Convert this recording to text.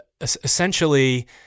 essentially